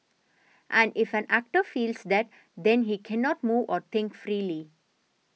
and if an actor feels that then he cannot move or think freely